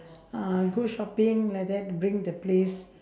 uh go shopping like that bring the place